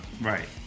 Right